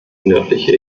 nördliche